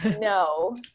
No